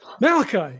Malachi